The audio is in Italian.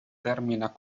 termina